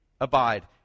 abide